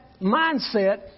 mindset